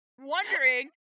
wondering